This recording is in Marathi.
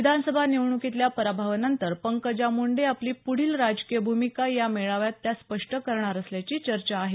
विधानसभा निवडणुकीतल्या पराभवानंतर पंकजा मुंडे आपली पुढील राजकीय भूमिका या मेळाव्यात त्या स्पष्ट करणार असल्याची चर्चा आहे